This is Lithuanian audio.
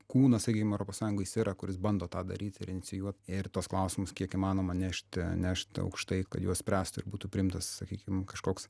kūnas sakykim europos sąjungoj jisai yra kuris bando tą daryti ir inicijuot ir tuos klausimus kiek įmanoma nešti nešti aukštai juos spręst ir būtų priimtas sakykim kažkoks